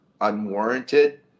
unwarranted